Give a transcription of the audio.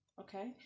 okay